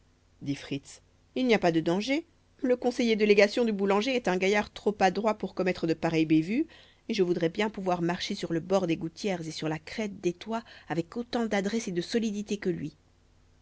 dit fritz il n'y a pas de danger le conseiller de légation du boulanger est un gaillard trop adroit pour commettre de pareilles bévues et je voudrais bien pouvoir marcher sur le bord des gouttières et sur la crête des toits avec autant d'adresse et de solidité que lui